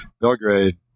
Belgrade